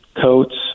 coats